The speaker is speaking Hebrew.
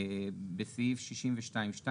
בסעיף 62(2),